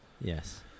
Yes